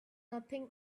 nothing